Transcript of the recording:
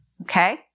Okay